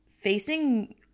facing